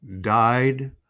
died